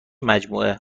مجموعه